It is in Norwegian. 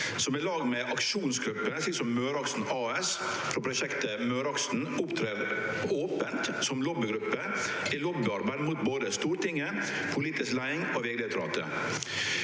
som i lag med aksjonsgrupper slik som Møreaksen AS for prosjektet Møreaksen opptrer opent som lobbygrupper i lobbyarbeid mot både Stortinget, politisk leiing og Vegdirektoratet.